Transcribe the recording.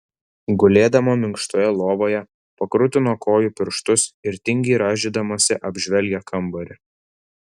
gulėdama minkštoje lovoje pakrutino kojų pirštus ir tingiai rąžydamasi apžvelgė kambarį